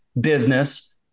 business